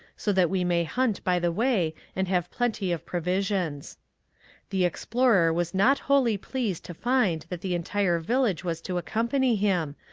so that we may hunt by the way and have plenty of provisions the explorer was not wholly pleased to find that the entire village was to accompany him,